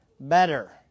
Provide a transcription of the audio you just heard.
better